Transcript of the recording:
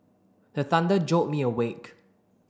the thunder jolt me awake